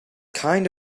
kind